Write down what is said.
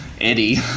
Eddie